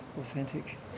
authentic